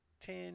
ten